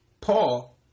Paul